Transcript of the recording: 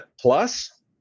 plus